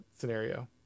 scenario